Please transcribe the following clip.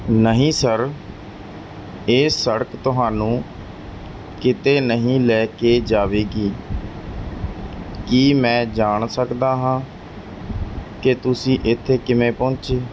ਨਹੀਂ ਸਰ ਇਹ ਸੜਕ ਤੁਹਾਨੂੰ ਕਿਤੇ ਨਹੀਂ ਲੈ ਕੇ ਜਾਵੇਗੀ ਕੀ ਮੈਂ ਜਾਣ ਸਕਦਾ ਹਾਂ ਕਿ ਤੁਸੀਂ ਇੱਥੇ ਕਿਵੇਂ ਪਹੁੰਚੇ